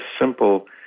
simple